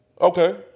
Okay